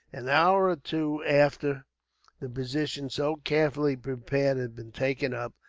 an hour or two after the position so carefully prepared had been taken up,